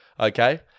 Okay